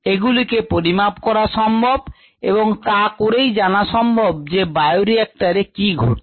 এগুলিকে পরিমাপ করা সম্ভব এবং তা করেই জানা সম্ভব যে বায়োরিক্টর এ কি ঘটছে